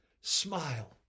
Smile